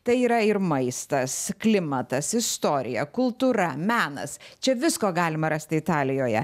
tai yra ir maistas klimatas istorija kultūra menas čia visko galima rasti italijoje